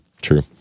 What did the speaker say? True